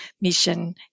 mission